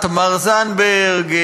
תמר זנדברג,